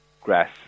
grass